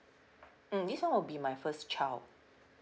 mm this [one] will be my first child